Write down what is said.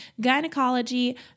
gynecology